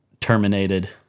terminated